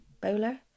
Bowler